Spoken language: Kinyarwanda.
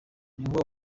niho